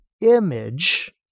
image